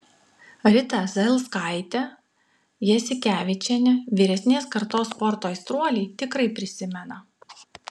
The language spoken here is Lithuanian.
ritą zailskaitę jasikevičienę vyresnės kartos sporto aistruoliai tikrai prisimena